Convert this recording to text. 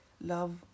love